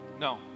No